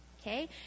Okay